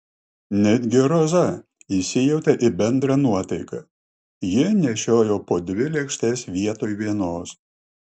netgi roza įsijautė į bendrą nuotaiką ji nešiojo po dvi lėkštes vietoj vienos